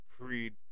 Creed